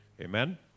Amen